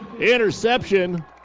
Interception